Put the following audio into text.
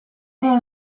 ere